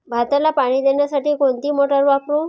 भाताला पाणी देण्यासाठी कोणती मोटार वापरू?